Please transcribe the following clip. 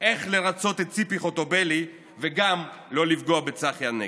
איך לרצות את ציפי חוטובלי וגם לא לפגוע בצחי הנגבי.